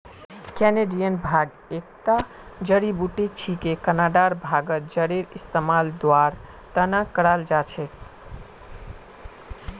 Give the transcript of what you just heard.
Canadian भांग एकता जड़ी बूटी छिके कनाडार भांगत जरेर इस्तमाल दवार त न कराल जा छेक